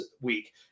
week